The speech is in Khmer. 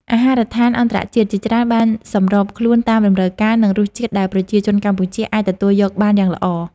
អាហារដ្ឋានអន្តរជាតិជាច្រើនបានសម្របខ្លួនតាមតម្រូវការ និងរសជាតិដែលប្រជាជនកម្ពុជាអាចទទួលយកបានយ៉ាងល្អ។